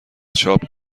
چاپ